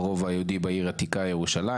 הרובע היהודי בעיר העתיקה ירושלים.